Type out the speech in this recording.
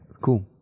Cool